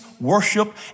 worship